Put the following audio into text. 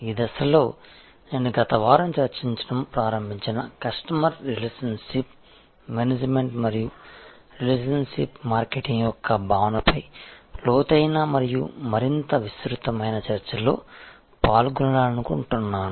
ఈ దశలో నేను గత వారం చర్చించడం ప్రారంభించిన కస్టమర్ రిలేషన్షిప్ మేనేజ్మెంట్ మరియు రిలేషన్షిప్ మార్కెటింగ్ యొక్క భావన పై లోతైన మరియు మరింత విస్తృతమైన చర్చలో పాల్గొనాలనుకుంటున్నాను